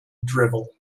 drivel